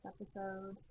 episode